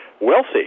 wealthy